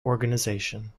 organization